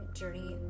journey